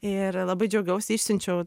ir labai džiaugiausi išsiunčiau